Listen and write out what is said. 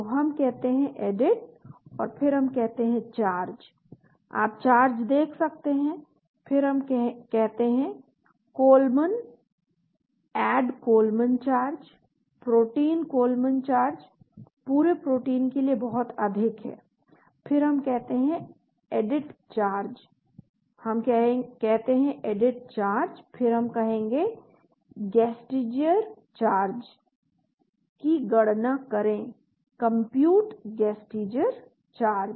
तो हम कहते हैं एडिट और फिर हम कहते हैं कि चार्ज आप चार्ज देख सकते हैं फिर हम कहते हैं कि column add column charge protein column charge पूरे प्रोटीन के लिए बहुत अधिक है फिर हम कहते हैं कि एडिट चार्ज हम कहते हैं एडिट चार्ज फिर हम कहेंगे गेस्टीजर चार्ज की गणना करें कंप्यूट गेस्टीजर चार्ज